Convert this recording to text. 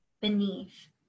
beneath